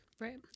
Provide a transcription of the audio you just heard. Right